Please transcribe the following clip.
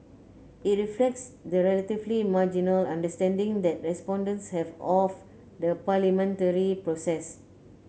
it reflects the relatively marginal understanding that respondents have of the parliamentary process